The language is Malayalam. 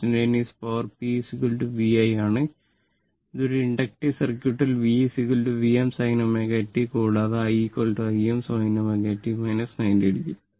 instantaneous power p v i ആണ് ഒരു ഇൻഡക്റ്റീവ് സർക്യൂട്ടിൽ V Vm sin ω t കൂടാതെ I Im sin ω t 90o